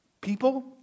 people